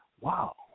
wow